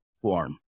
form